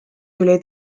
tuli